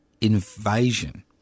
invasion